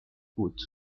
بود